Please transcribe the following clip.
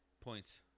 Points